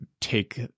take